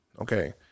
Okay